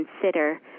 consider